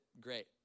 great